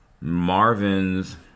Marvin's